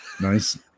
nice